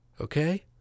okay